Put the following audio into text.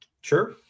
sure